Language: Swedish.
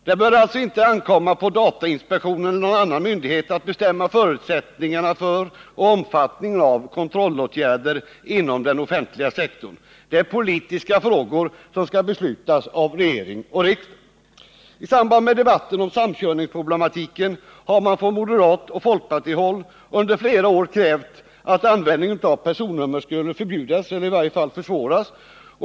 Det bör alltså inte ankomma på datainspektionen eller någon annan myndighet att bestämma förutsättningarna för och omfattningen av kontrollåtgärder inom den offentliga sektorn. Det är politiska frågor som skall beslutas av regering och riksdag. I samband med debatten om samkörningsproblematiken har man från moderat håll och folkpartihåll under flera år krävt att användningen av personnummer skulle förbjudas eller i varje fall försvåras.